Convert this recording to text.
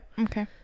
Okay